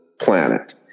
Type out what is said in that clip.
planet